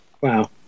Wow